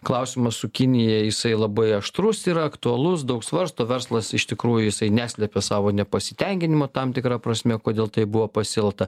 klausimas su kinija jisai labai aštrus yra aktualus daug svarsto verslas iš tikrųjų jisai neslepia savo nepasitenkinimą tam tikra prasme kodėl taip buvo pasielgta